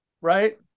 right